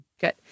good